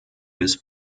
his